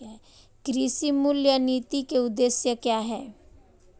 कृषि मूल्य नीति के उद्देश्य क्या है?